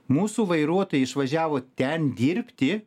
mūsų vairuotojai išvažiavo ten dirbti